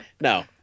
No